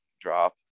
drop